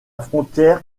frontière